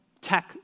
tech